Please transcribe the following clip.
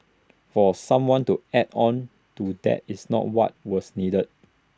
for someone to add on to that is not what was needed